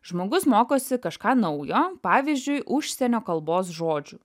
žmogus mokosi kažką naujo pavyzdžiui užsienio kalbos žodžių